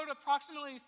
approximately